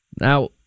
Now